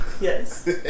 yes